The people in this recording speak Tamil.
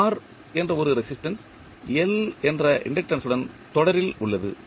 R என்ற ஒரு ரெசிஸ்டன்ஸ் L என்ற இண்டக்டன்ஸ் உடன் தொடரில் உள்ளது